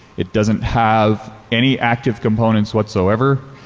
it doesn't have any active components whatsoever.